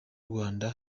rwanda